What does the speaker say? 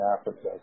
Africa